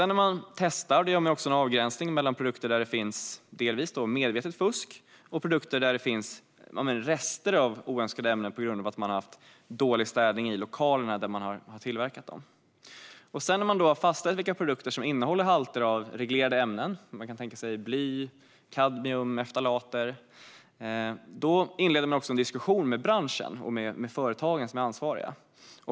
När man testar gör man också en avgränsning mellan produkter där det delvis finns medvetet fusk och produkter där det finns rester av oönskade ämnen på grund av att man har haft dålig städning i lokalerna där man har tillverkat produkten. När man så har fastställt vilka produkter som innehåller halter av reglerade ämnen - till exempel bly, kadmium och ftalater - inleder man en diskussion med branschen och med de företag som är ansvariga.